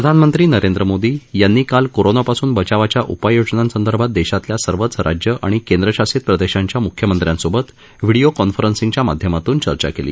प्रधानमंत्री नरेंद्र मोदी यांनी काल कोरोनापासून बचावाच्या उपाययोजनांसंदर्भात देशातल्या सर्वच राज्य आणि केंद्र शासित प्रदेशांच्या मुख्यमंत्र्यांसोबत व्हिडिओकॉन्फरंसिंगच्या माध्यमातून चर्चा केली